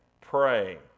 pray